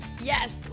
Yes